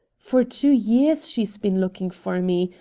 for two years she's been looking for me.